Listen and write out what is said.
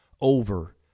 over